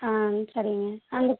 ஆ சரிங்க அந்த